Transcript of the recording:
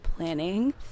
planning